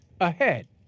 ahead